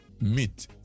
meet